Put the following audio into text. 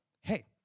hey